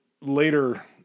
later